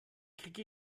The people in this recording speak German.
kriege